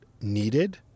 needed